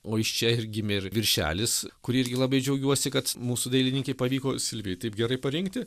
o iš čia ir gimė ir viršelis kurį irgi labai džiaugiuosi kad mūsų dailininkei pavyko silvijai taip gerai parinkti